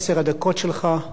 עשר הדקות שלך.